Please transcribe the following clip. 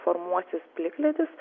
formuosis plikledis